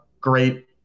great